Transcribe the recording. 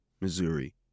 Missouri